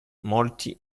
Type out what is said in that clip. molti